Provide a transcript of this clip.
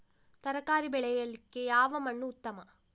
ತರಕಾರಿ ಬೆಳೆಯಲಿಕ್ಕೆ ಯಾವ ಮಣ್ಣು ಉತ್ತಮ?